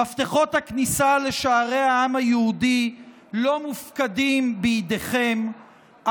מפתחות הכניסה לשערי העם היהודי לא מופקדים בידיכם,